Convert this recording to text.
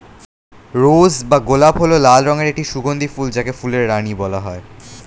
রোজ বা গোলাপ হল লাল রঙের একটি সুগন্ধি ফুল যাকে ফুলের রানী বলা হয়